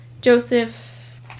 Joseph